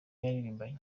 yaririmbaga